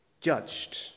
judged